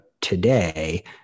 today